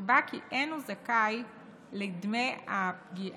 נקבע כי אין הוא זכאי לדמי הפגיעה